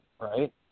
right